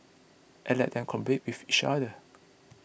and let them compete with each other